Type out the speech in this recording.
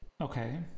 Okay